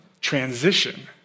transition